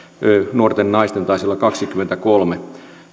nuorten naisten taisi olla kaksikymmentäkolme